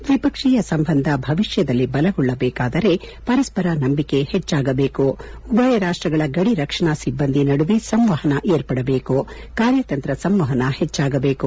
ದ್ಲಿಪಕ್ಷೀಯ ಸಂಬಂಧ ಭವಿಷ್ಯದಲ್ಲಿ ಬಲಗೊಳ್ಳಬೇಕಾದರೆ ಪರಸ್ಪರ ನಂಬಿಕೆ ಹೆಚ್ಚಾಗಬೇಕು ಉಭಯ ರಾಷ್ಟಗಳ ಗಡಿ ರಕ್ಷಣಾ ಸಿಬ್ಬಂದಿ ನಡುವೆ ಸಂವಹನ ಏರ್ಪಡಬೇಕು ಕಾರ್ಯತಂತ್ರ ಸಂವಹನ ಹೆಚ್ವಾಗಬೇಕು